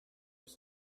was